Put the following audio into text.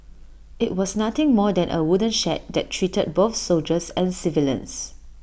IT was nothing more than A wooden shed that treated both soldiers and civilians